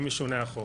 אם ישונה החוק,